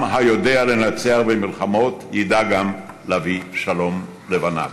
עם היודע לנצח במלחמות ידע גם להביא שלום לבניו,